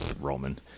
Roman